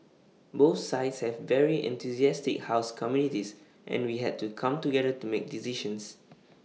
both sides have very enthusiastic house committees and we had to come together to make decisions